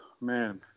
man